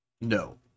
no